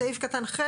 סעיף קטן (ח),